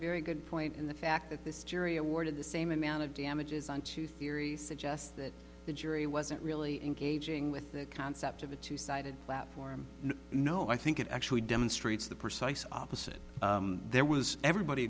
very good point and the fact that this jury awarded the same amount of damages on two theories suggests that the jury wasn't really engaging with the concept of a two sided platform no i think it actually demonstrates the precise opposite there was everybody